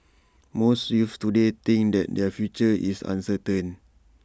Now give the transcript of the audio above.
most youths today think that their future is uncertain